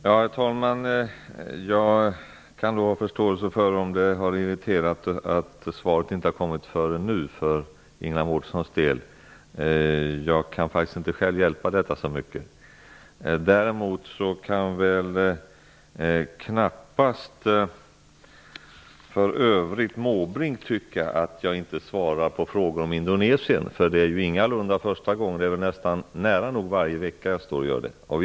Herr talman! Jag kan ha förståelse för om det har irriterat Ingela Mårtensson att svaret inte kommer förrän nu. Jag kan inte själv hjälpa det. Däremot kan väl inte Bertil Måbrink tycka att jag inte svarar på frågor om Indonesien. Det är ingalunda första gången jag gör det. Jag gör det nästan varje vecka.